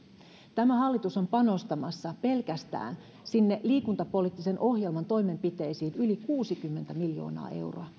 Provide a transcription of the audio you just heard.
tämä hallitus on panostamassa pelkästään liikuntapoliittisen ohjelman toimenpiteisiin yli kuusikymmentä miljoonaa euroa